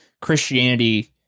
Christianity